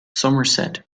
somerset